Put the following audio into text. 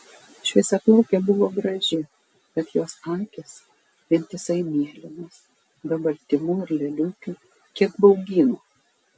šviesiaplaukė buvo graži bet jos akys vientisai mėlynos be baltymų ir lėliukių kiek baugino